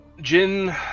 Jin